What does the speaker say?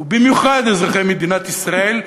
ובמיוחד אזרחי מדינת ישראל,